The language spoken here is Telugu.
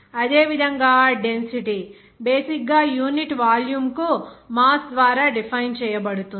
అదేవిధంగా డెన్సిటీ బేసిక్ గా యూనిట్ వాల్యూమ్కు మాస్ ద్వారా డిఫైన్ చేయబడుతుంది